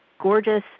gorgeous